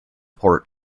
port